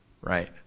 right